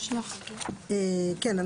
כן.